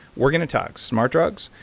we're going to talk smart drugs.